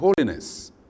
holiness